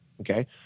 okay